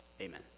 amen